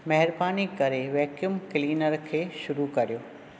महिरबानी करे vacuum cleaner खे शुरू करियो